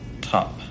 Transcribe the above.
Top